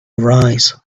arise